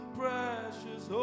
precious